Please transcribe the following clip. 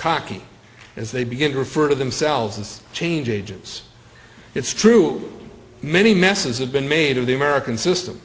cocky as they begin to refer to themselves and change agents it's true many messes have been made of the american system